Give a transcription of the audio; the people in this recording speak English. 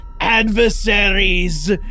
adversaries